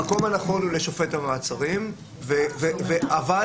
המקום הנכון הוא לשופט המעצרים אבל אם